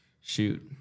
shoot